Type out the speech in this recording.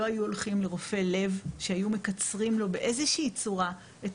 היו הולכים לרופא לב שהיו מקצרים לו באיזושהי צורה את